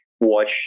watch